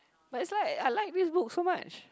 but it's like I like this book so much